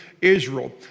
Israel